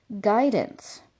guidance